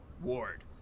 Ward